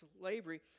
slavery